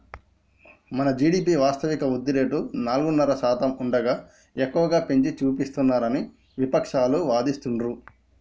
మన జీ.డి.పి వాస్తవిక వృద్ధి రేటు నాలుగున్నర శాతం ఉండగా ఎక్కువగా పెంచి చూపిస్తున్నారని విపక్షాలు వాదిస్తుండ్రు